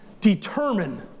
determine